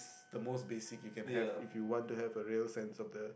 is the most basic you can have if you want to have the real sense of the